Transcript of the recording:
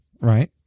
Right